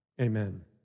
Amen